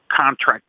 contract